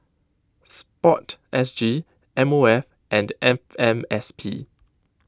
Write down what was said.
Sport S G M O F and F M S P